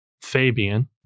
Fabian